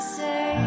say